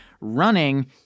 running